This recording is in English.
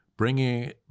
bringing